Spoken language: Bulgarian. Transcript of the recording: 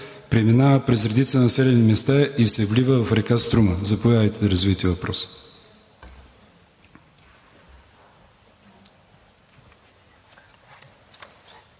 преминава през редица населени места и се влива в река Струма. Заповядайте да развиете въпроса.